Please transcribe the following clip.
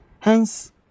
Hence